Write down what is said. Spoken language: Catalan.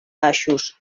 baixos